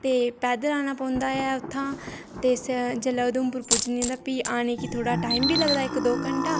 ते पैदल आना पौंदा ऐ उत्थां ते जेल्लै उधमपुर पुज्जनी ते प्ही आने गी थोह्ड़ा टाइम बी लगदा इक दो घैंटा